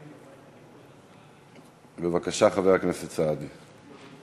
בבקשה, חבר הכנסת סעדי.